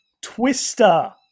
Twister